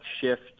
shift